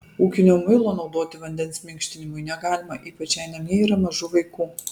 ūkinio muilo naudoti vandens minkštinimui negalima ypač jei namie yra mažų vaikų